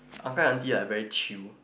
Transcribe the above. uncle and auntie like very chill